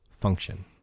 function